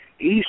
east